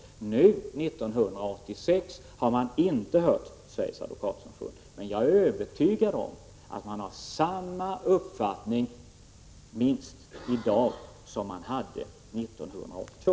Nu, 1986, har utskottet inte hört Sveriges advokatsamfund. Jag är emellertid övertygad om att man har samma uppfattning i dag som man hade 1982.